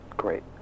great